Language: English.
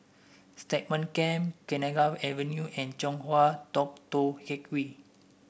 Stagmont Camp Kenanga Avenue and Chong Hua Tong Tou Teck Hwee